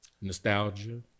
Nostalgia